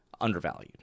undervalued